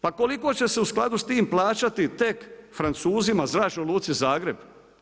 Pa koliko će se u skladu s tim plaćati tek Francuzima Zračnoj luci Zagreb.